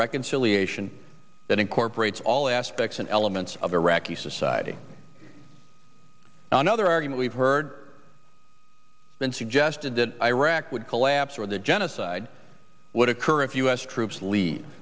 reconciliation that incorporates all aspects and elements of iraqi society another argument we've heard then suggested that iraq would collapse or the genocide would occur if u s troops leave